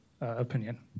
opinion